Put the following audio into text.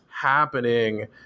happening